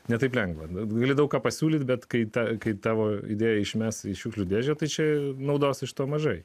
ne taip lengva bet gali daug ką pasiūlyti bet kaita kai tavo idėją išmes į šiukšlių dėžę tai čia naudos iš to mažai